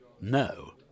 No